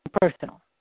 personal